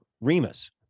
Remus